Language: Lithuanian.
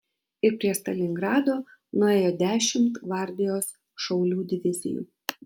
ir prie stalingrado nuėjo dešimt gvardijos šaulių divizijų